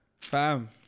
fam